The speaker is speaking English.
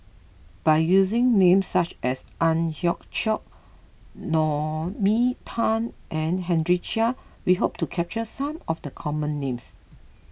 by using names such as Ang Hiong Chiok Naomi Tan and Henry Chia we hope to capture some of the common names